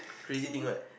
crazy thing like